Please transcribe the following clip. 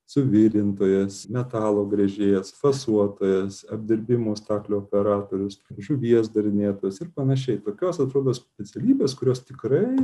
suvirintojas metalo gręžėjas fasuotojas apdirbimo staklių operatorius žuvies darinėtojas ir panašiai tokios atrodo specialybės kurios tikrai